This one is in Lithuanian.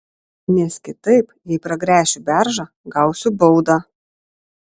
nes kitaip jei pragręšiu beržą gausiu baudą